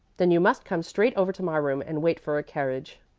then you must come straight over to my room and wait for a carriage.